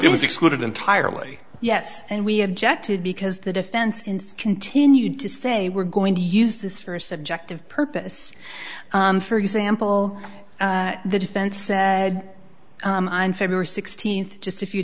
it was excluded entirely yes and we objected because the defense inst continued to say we're going to use this for a subjective purpose for example the defense said on february sixteenth just a few